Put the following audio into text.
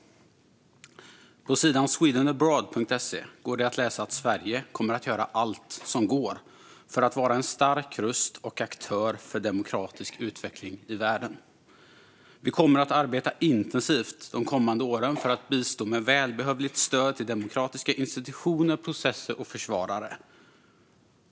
På sidan swedenabroad.se går det att läsa att Sverige kommer att göra allt som går för att vara en stark röst och aktör för demokratisk utveckling i världen. Vi kommer att arbeta intensivt de kommande åren för att bistå med välbehövligt stöd till demokratiska institutioner, processer och försvarare.